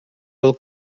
will